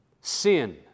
Sin